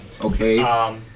okay